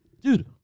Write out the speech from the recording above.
Dude